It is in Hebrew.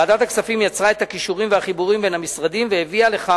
ועדת הכספים יצרה את הקישורים והחיבורים בין המשרדים והביאה לכך